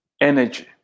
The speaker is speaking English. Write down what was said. energy